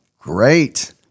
great